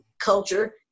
Culture